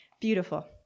Beautiful